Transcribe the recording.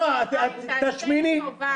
חיים, תעשה לי טובה.